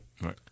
Right